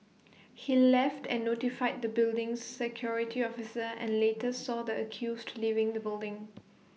he left and notified the building's security officer and later saw the accused leaving the building